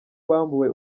bambuwe